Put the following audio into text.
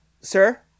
Sir